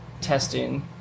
testing